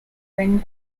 bring